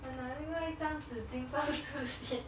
很难另一张纸巾抱住先